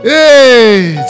Hey